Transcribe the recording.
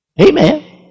Amen